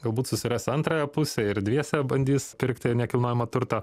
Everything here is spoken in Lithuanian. galbūt susiras antrąją pusę ir dviese bandys pirkti nekilnojamą turtą